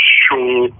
sure